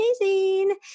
amazing